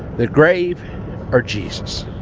the grave or jesus.